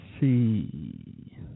see